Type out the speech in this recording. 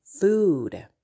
food